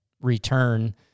return